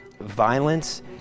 violence